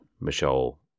Michelle